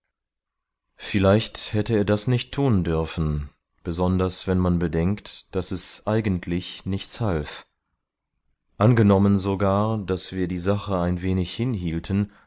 vielleicht hätte er das nicht tun dürfen besonders wenn man bedenkt daß es eigentlich nichts half angenommen sogar daß wir die sache ein wenig hinhielten